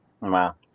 wow